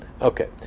okay